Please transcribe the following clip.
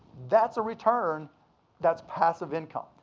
that's a return that's passive income.